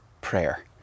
prayer